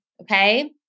Okay